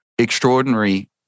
extraordinary